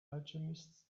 alchemists